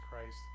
Christ